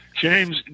James